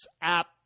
app